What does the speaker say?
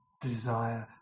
desire